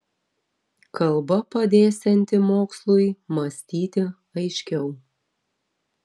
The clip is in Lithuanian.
kalba padėsianti mokslui mąstyti aiškiau